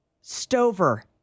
Stover